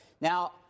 Now